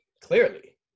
Clearly